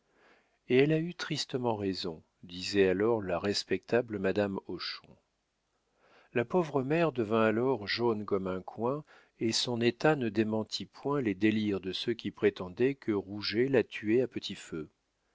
et elle a eu tristement raison disait alors la respectable madame hochon la pauvre mère devint alors jaune comme un coing et son état ne démentit point les dires de ceux qui prétendaient que rouget la tuait à petit feu